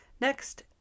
Next